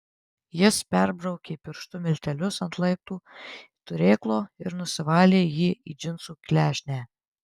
jis perbraukė pirštu miltelius ant laiptų turėklo ir nusivalė jį į džinsų klešnę